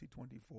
2024